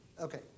Okay